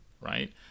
right